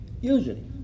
Usually